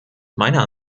meiner